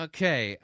Okay